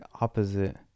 opposite